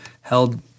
held